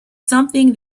something